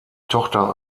tochter